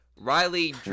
Riley